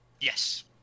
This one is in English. Yes